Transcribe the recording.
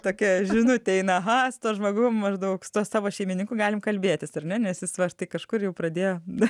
tokia žinutė eina aha su tuo žmogum maždaug su tuo savo šeimininku galim kalbėtisnes jis svarstė kažkur jau pradėjo na